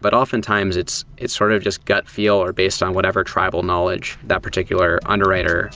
but oftentimes it's it's sort of just gut feel or based on whatever tribal knowledge that particular underwriter